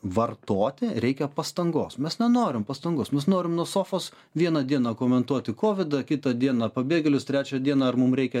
vartoti reikia pastangos mes nenorim pastangos mes norim nuo sofos vieną dieną komentuoti kovidą kitą dieną pabėgėlius trečią dieną ar mum reikia